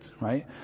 right